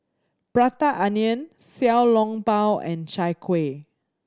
Prata Onion Xiao Long Bao and Chai Kueh